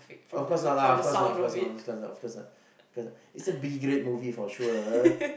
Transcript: of course not lah of course not of course not of course not of course not cause it's a B grade movie for sure